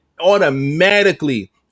automatically